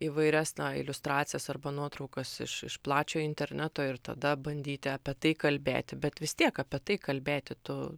įvairias na iliustracijas arba nuotraukas iš iš plačiojo interneto ir tada bandyti apie tai kalbėti bet vis tiek apie tai kalbėti tu